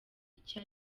icyo